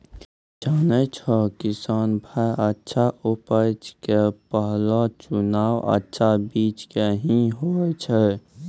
जानै छौ किसान भाय अच्छा उपज के पहलो चुनाव अच्छा बीज के हीं होय छै